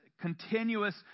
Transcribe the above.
continuous